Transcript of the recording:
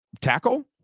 tackle